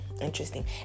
interesting